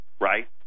right